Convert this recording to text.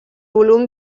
volum